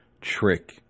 trick